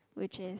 which is